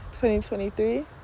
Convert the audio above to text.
2023